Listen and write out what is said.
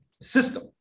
system